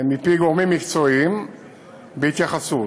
מפי גורמים מקצועיים, בהתייחסות.